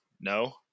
No